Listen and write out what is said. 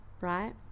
right